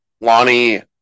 Lonnie